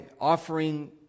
offering